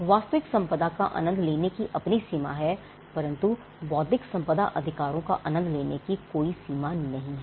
वास्तविक संपदा का आनंद लेने की अपनी सीमा है परंतु बौद्धिक संपति अधिकारों का आनंद लेने की कोई सीमा नहीं है